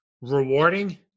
Rewarding